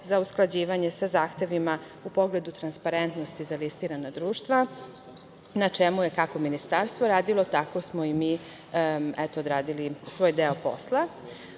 za usklađivanje sa zahtevima u pogledu transparentnosti za listirana društva, na čemu je kako Ministarstvo radilo, tako smo i mi eto, odradili svoj deo posla.U